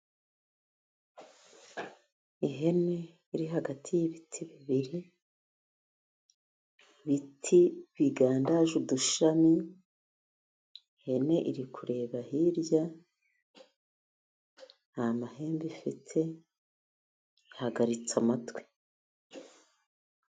Ihene iri hagati y'ibiti bibiri. Ibiti bigandaje udushami, ihene iri kureba hirya, nta mahembe ifite, ihagaritse amatwi.